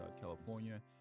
California